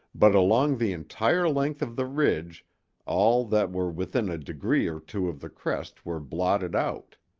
but along the entire length of the ridge all that were within a degree or two of the crest were blotted out.